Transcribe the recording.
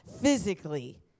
physically